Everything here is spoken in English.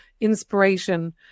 inspiration